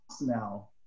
now